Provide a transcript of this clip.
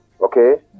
Okay